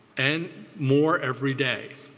and more every day.